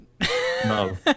No